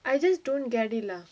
I just don't get it lah